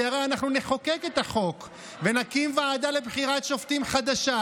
כי הרי אנחנו נחוקק את החוק ונקים ועדה לבחירת שופטים חדשה,